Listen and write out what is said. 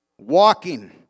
walking